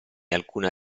alcuna